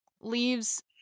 leaves